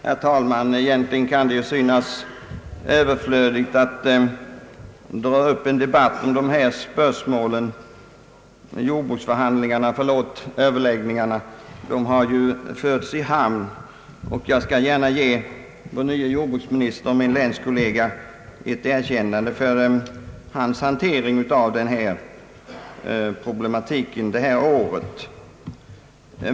Herr talman! Egentligen kan det synas överflödigt att dra upp en debatt om dessa spörsmål. Överläggningarna har ju förts i hamn, och jag skall gärna ge den nye jordbruksministern, min länskollega, ett erkännande för hans hantering av denna problematik i år.